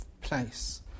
place